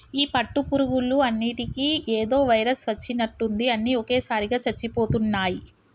ఈ పట్టు పురుగులు అన్నిటికీ ఏదో వైరస్ వచ్చినట్టుంది అన్ని ఒకేసారిగా చచ్చిపోతున్నాయి